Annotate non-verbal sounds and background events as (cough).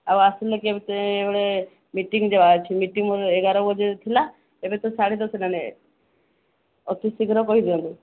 ଆଉ ଆସିଲେ (unintelligible) ଗୋଟେ ମିଟିଂ ଯିବାର ଅଛି ମିଟିଂ ମୋ ଏଗାର ବଜେ ଥିଲା ଏବେ ତ ସାଢ଼େ ଦଶ ହେଲାଣି ଅତି ଶୀଘ୍ର କହିଦିଅନ୍ତୁ